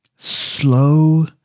slow